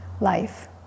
life